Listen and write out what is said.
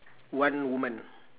one woman